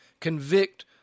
convict